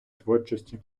творчості